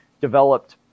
developed